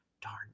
Darn